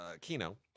Kino